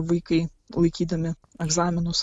vaikai laikydami egzaminus